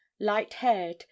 light-haired